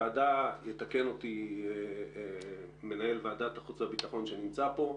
ויתקן אותי מנהל ועדת החוץ והביטחון שנמצא פה,